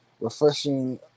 Refreshing